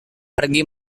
pergi